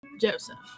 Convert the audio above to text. Joseph